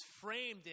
framed